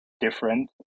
different